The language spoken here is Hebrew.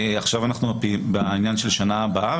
עכשיו אנחנו בעניין של שנה הבאה,